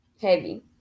Heavy